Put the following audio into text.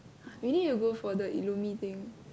we need to go for the Illumine thing